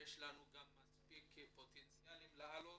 ויש לנו גם מספיק פוטנציאל לעליה,